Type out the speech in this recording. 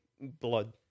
blood